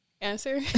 answer